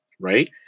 right